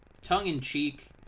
tongue-in-cheek